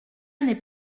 n’est